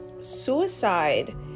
suicide